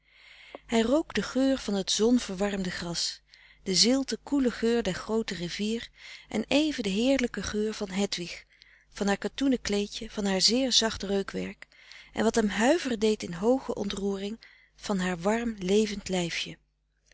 hij rook den geur van t zonverwarmde gras den zilten koelen geur der groote rivier en even den heerlijken geur van hedwig van haar katoenen kleedje van haar zeer zacht reukwerk en wat hem huiveren deed in hooge ontroering van haar warm levend lijfje